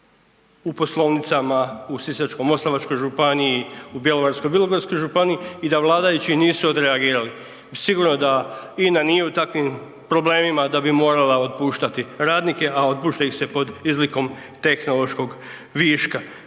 u poslovnicama u Sisačko-moslavačkoj županiji, u Bjelovarsko-bilogorskoj županiji i da vladajući nisu odreagirali. Sigurno da INA nije u takvim problemima da bi morala otpuštati radnike, a otpušta ih se pod izlikom tehnološkog viška.